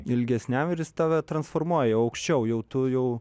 ilgesniam ir jis tave transformuoja aukščiau jau tu jau